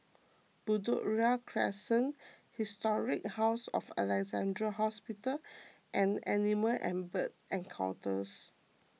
Bedok Ria Crescent Historic House of Alexandra Hospital and Animal and Bird Encounters